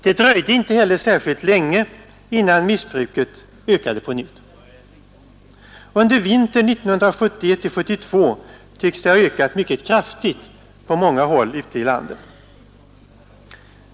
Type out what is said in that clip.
Det dröjde inte heller särskilt länge innan missbruket ökade på nytt. Under vintern 1971-1972 tycks det ha ökat mycket kraftigt på många håll ute i landet.